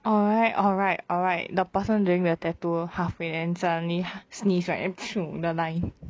alright alright alright the person doing the tattoo halfway then suddenly sneeze right then the line